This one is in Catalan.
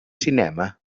cinema